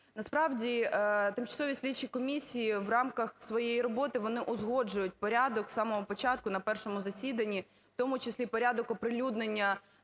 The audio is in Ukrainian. Насправді, тимчасові слідчі комісії в рамках своєї роботи вони узгоджують порядок з самого початку на першому засіданні, в тому числі порядок оприлюднення